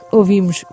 ouvimos